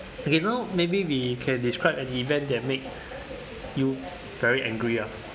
okay now maybe we can describe an event that make you very angry lah